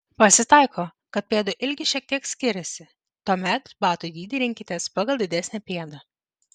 pasitaiko kad pėdų ilgis šiek tiek skiriasi tuomet batų dydį rinkitės pagal didesnę pėdą